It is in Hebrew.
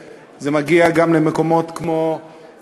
אני חושב שגם מאוד מבורך שזה מגיע גם למקומות כמו סרטים,